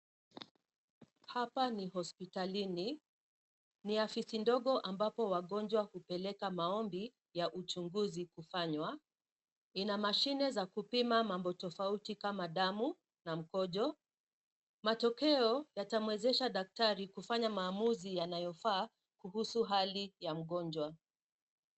Hapa ni hospitalini. Ni ofisi ndogo ambapo wagonjwa hupeleka maombi ya uchunguzi kufanywa. Ina mashine za kupima mambo tofauti kama damu na mkojo. Matokeo yatamwezesha daktari kufanya maamuzi yanaoyofaa kuhusu hali ya mgonjwa.